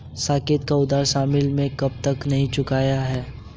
साकेत का उधार शालिनी ने अब तक नहीं चुकाया है